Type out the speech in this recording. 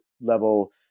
level